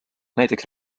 näiteks